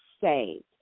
saved